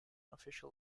official